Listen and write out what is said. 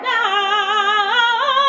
now